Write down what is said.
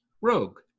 Rogue